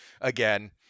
again